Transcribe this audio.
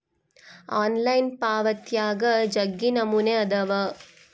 online ಪಾವಾತ್ಯಾಗ ಜಗ್ಗಿ ನಮೂನೆ ಅದಾವ